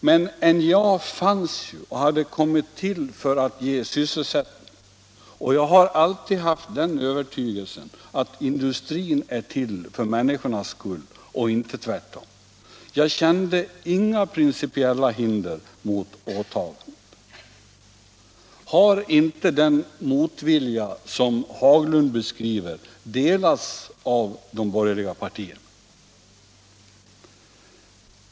Men NJA fanns ju och hade kommit till för att ge sysselsättning — och jag har alltid haft den övertygelsen att industrin är till för människornas skull och inte tvärtom. Jag kände inga principiella hinder mot åtagandet.” Har inte den motvilja som Haglund beskriver, delats av de borgerliga partierna?